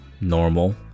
normal